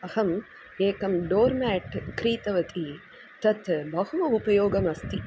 अहम् एकं doormat क्रीतवती तत् बहु उपयोगमस्ति